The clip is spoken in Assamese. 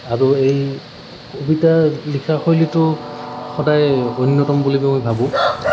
আৰু এই কবিতা লিখা শৈলীটো সদায় অন্যতম বুলি মই ভাবোঁ